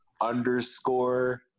underscore